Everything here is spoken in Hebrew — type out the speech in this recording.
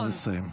נא לסיים.